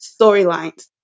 storylines